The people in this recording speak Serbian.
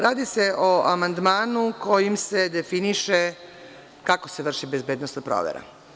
Radi se o amandmanu kojim se definiše kako se vrši bezbednosna provera.